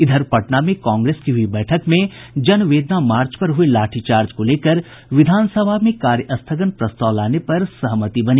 इधर पटना में कांग्रेस की हुई बैठक में जन वेदना मार्च पर हुये लाठीचार्ज को लेकर विधानसभा में कार्यस्थगन प्रस्ताव लाने पर सहमति बनी